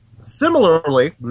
similarly